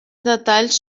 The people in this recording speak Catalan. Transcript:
detalls